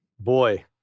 Boy